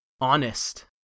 honest